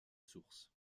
source